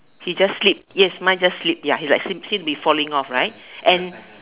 he just sleep yes mine just sleep ya he's like seem seem to be falling off right and